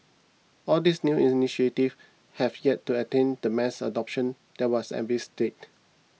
all these new initiatives have yet to attain the mass adoption that was envisaged